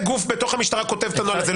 איזה גוף בתוך המשטרה כותב את הנוהל הזה?